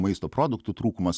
maisto produktų trūkumas